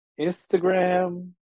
instagram